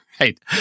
Right